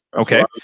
Okay